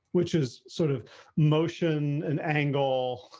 which is sort of motion and angle.